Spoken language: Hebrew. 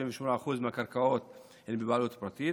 98% מהקרקעות הן בבעלות פרטית.